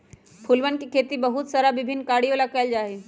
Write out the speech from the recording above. फूलवन के खेती बहुत सारा विभिन्न कार्यों ला कइल जा हई